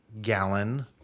gallon